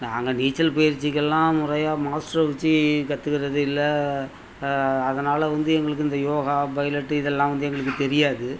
நாங்கள் நீச்சல் பயிற்சிக்கெல்லாம் முறையாக மாஸ்ட்ரை வச்சு கத்துக்கிறது இல்லை அதனால் வந்து எங்களுக்கு இந்த யோகா பைலட்டு இதெல்லாம் எங்களுக்கு தெரியாது